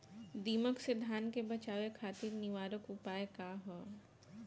दिमक से धान के बचावे खातिर निवारक उपाय का ह?